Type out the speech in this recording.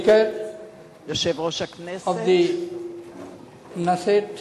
יושב-ראש הכנסת